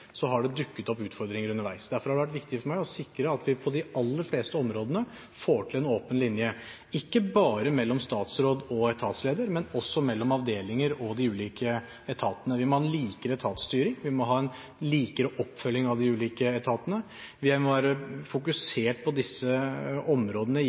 så må en ha en åpen dialog. Min erfaring i den tiden jeg har sittet, er at der det har vært dialogutfordringer, der hvor en ikke har hatt en åpen linje, har det dukket opp utfordringer underveis. Derfor har det vært viktig for meg å sikre at vi på de aller fleste områdene får til en åpen linje, ikke bare mellom statsråd og etatsleder, men også mellom avdelinger og de ulike etatene. Vi må ha